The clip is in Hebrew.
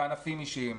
וענפים אישיים.